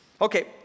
Okay